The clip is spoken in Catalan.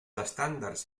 estàndards